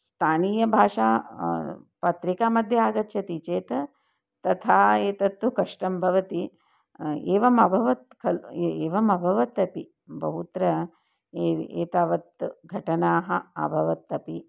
स्थानीयभाषा पत्रिका मध्ये आगच्छति चेत् तथा एतत्तु कष्टं भवति एवमभवत् खलु एवमभवत् अपि बहुत्र एतावत् घटनाः अभवन् अपि